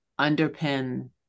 underpin